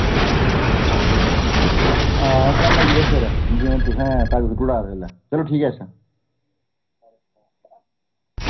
आं कल्ल आई जायो सबेरै हून तुसें पैग्ग सु'ट्टी ओड़दा इसलै